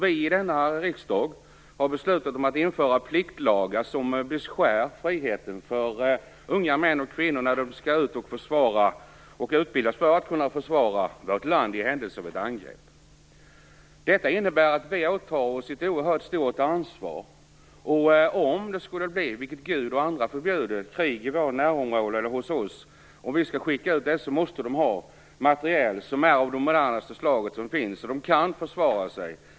Vi i denna riksdag har fattat beslut om att införa pliktlagar som beskär friheten för unga män och kvinnor när de skall ut och försvara landet i händelse av ett angrepp och när de skall utbildas för det. Detta innebär att vi åtar oss ett oerhört stort ansvar. Och om det skulle bli krig i vårt närområde eller hos oss, vilket Gud och andra förbjude, måste de som skall skickas ut ha materiel som är av modernaste slag så att de kan försvara sig.